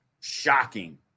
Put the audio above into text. shocking